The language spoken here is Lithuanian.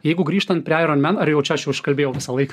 jeigu grįžtant prie aironmen ar jau čia aš jau iškalbėjau visąlaik